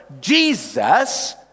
Jesus